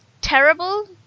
terrible